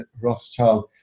Rothschild